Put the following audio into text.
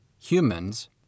humans